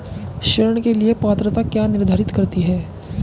ऋण के लिए पात्रता क्या निर्धारित करती है?